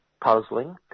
puzzling